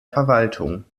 verwaltung